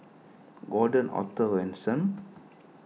Gordon Arthur Ransome